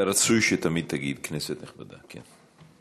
רצוי שתמיד תגיד "כנסת נכבדה", כן.